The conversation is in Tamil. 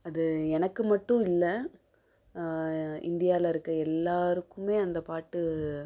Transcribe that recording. அது எனக்கு மட்டும் இல்லை இந்தியாவில இருக்க எல்லாருக்குமே அந்த பாட்டு